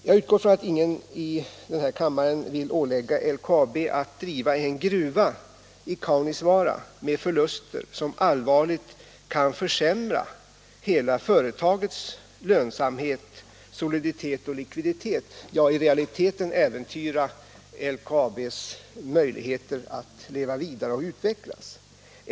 Jag utgår från att ingen i den här kammaren vill ålägga LKAB att driva en gruva i Kaunisvaara med förluster som allvarligt kan försämra hela företagets lönsamhet, soliditet och likviditet, ja, i realiteten äventyra LKAB:s möjligheter att leva vidare och utvecklas.